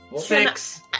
Six